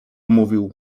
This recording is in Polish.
mówił